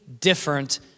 different